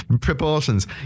proportions